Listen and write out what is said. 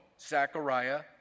Zechariah